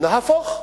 נהפוך הוא.